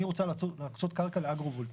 אני רוצה להקצות קרקע לאגרו-וולטאי,